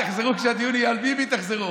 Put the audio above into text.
תחזרו כשהדיון יהיה על ביבי, תחזרו.